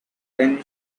when